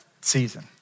season